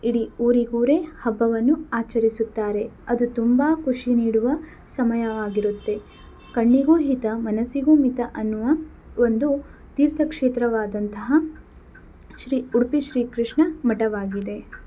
ಇಡೀ ಊರಿಗೆ ಊರೇ ಹಬ್ಬವನ್ನು ಆಚರಿಸುತ್ತಾರೆ ಅದು ತುಂಬಾ ಖುಷಿ ನೀಡುವ ಸಮಯವಾಗಿರುತ್ತೆ ಕಣ್ಣಿಗೂ ಹಿತ ಮನಸ್ಸಿಗೂ ಮಿತ ಅನ್ನುವ ಒಂದು ತೀರ್ಥಕ್ಷೇತ್ರವಾದಂತಹ ಶ್ರೀ ಉಡುಪಿ ಶ್ರೀಕೃಷ್ಣ ಮಠವಾಗಿದೆ